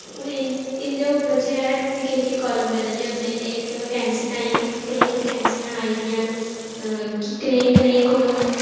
इंदे उप्पर जेह् निक्के निक्के कॉलम बने दे होंदे न इक ते वैकेंसी ताहीं कि कनेही वैकेंसियां आई दियां न कि कनेही कनेही कु'न